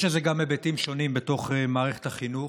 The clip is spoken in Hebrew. יש לזה גם היבטים שונים בתוך מערכת החינוך,